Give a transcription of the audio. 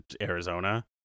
Arizona